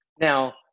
Now